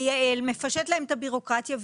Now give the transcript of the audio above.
מייעל ומפשט להם את הבירוקרטיה,